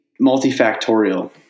multifactorial